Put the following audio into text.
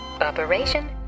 Operation